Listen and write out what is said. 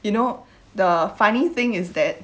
you know the funny thing is that